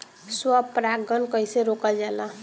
स्व परागण कइसे रोकल जाला?